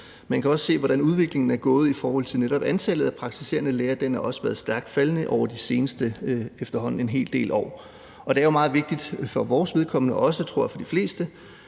Man kan også se, hvordan udviklingen er gået i forhold til netop antallet af praktiserende læger; det har også været stærkt faldende over efterhånden en hel del år. Det er meget vigtigt for vores vedkommende – og for de flestes,